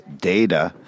data